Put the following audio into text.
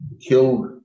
Killed